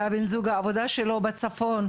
והבן זוג העבודה שלו בצפון,